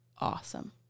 awesome